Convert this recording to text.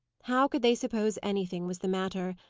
how could they suppose anything was the matter?